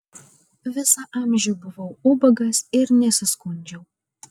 visą amžių buvau ubagas ir nesiskundžiau